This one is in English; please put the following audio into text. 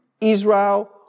Israel